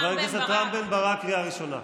חבר הכנסת רם בן ברק, קריאה ראשונה.